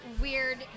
weird